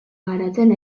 garatzen